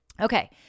Okay